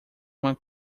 uma